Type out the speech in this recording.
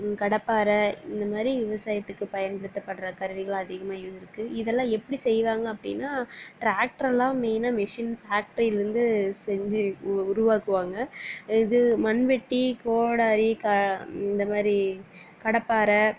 கடப்பாரை இந்தமாதிரி விவசாயத்துக்கு பயன்படுத்தபடுற கருவிகள் அதிகமாக இருக்கு இதலாம் எப்படி செய்கிறாங்க அப்படின்னா டிராக்டர்லாம் மெயினாக மிஷின் ஃபேக்ட்ரியிலேருந்து செஞ்சு உருவாக்குவாங்க இது மண்வெட்டி கோடாளி இந்தமாதிரி கடப்பாரை